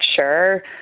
sure